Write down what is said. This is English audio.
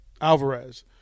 Alvarez